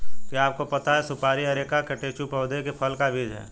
क्या आपको पता है सुपारी अरेका कटेचु पौधे के फल का बीज है?